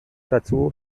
dazu